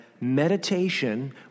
meditation